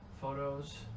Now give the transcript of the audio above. photos